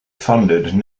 funded